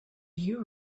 you